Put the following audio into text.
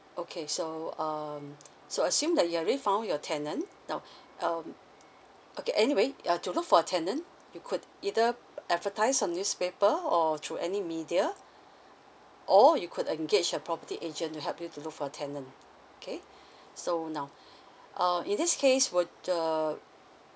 okay so um so assume that you already found your tenant now um okay anyway uh to look for a tenant you could either advertise on newspaper or through any media or you could engage a property agent to help you to look for a tenant K so now um in this case would uh